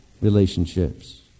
Relationships